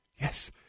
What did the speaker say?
Yes